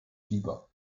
fieber